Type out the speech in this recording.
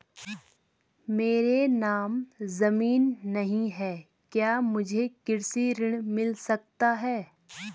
मेरे नाम ज़मीन नहीं है क्या मुझे कृषि ऋण मिल सकता है?